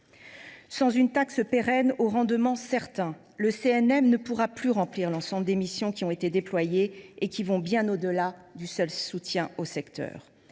Sans une taxe pérenne, au rendement certain, le CNM ne pourra plus remplir l’ensemble des missions qui ont été déployées et qui vont bien au delà du seul soutien au secteur.